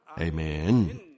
Amen